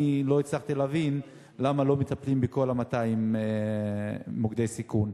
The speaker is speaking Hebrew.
אני לא הצלחתי להבין למה לא מטפלים בכל 200 מוקדי הסיכון.